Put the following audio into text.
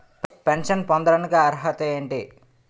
Pension పొందడానికి అర్హత ఏంటి?